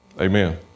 Amen